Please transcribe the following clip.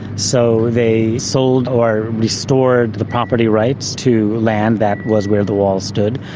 so they sold or restored the property rights to land that was where the wall stood,